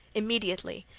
immediately,